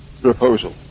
proposal